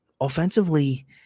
Offensively